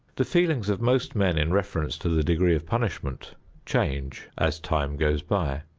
the feelings of most men in reference to the degree of punishment change as time goes by.